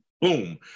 boom